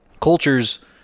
culture's